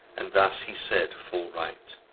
and thus he said full right